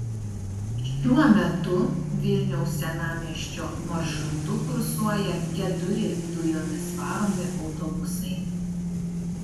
šiuo metu vilniaus senamiesčio maršrutu kursuoja keturi dujomis varomi autobusai